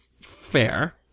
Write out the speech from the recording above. fair